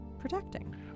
protecting